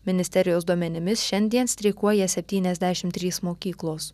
ministerijos duomenimis šiandien streikuoja septyniasdešimt trys mokyklos